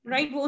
Right